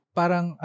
parang